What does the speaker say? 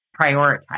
Prioritize